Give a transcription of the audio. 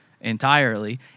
entirely